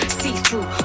see-through